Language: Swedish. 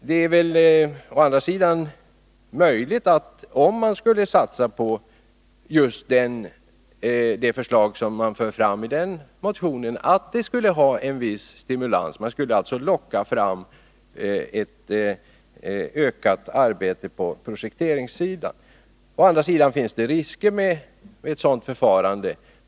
Det är väl å andra sidan möjligt att, om man skulle satsa på det förslag som förs fram i den motionen, det skulle ge en viss stimulans, att man skulle locka fram ett ökat arbete på projekteringssidan. Men det finns risker med ett sådant förfarande.